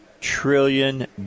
trillion